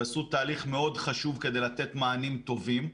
ועשו תהליך מאוד חשוב כדי לתת מענים טובים.